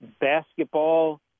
basketball